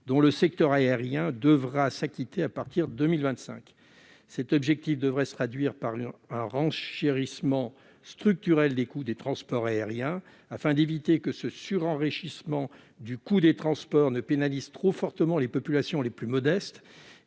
dont le secteur aérien devra s'acquitter à partir de 2025. Cet objectif devrait se traduire par un renchérissement structurel du coût des transports aériens. Il faut éviter que ce surenchérissement du coût des transports ne pénalise trop fortement les personnes les plus modestes,